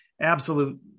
absolute